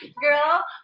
Girl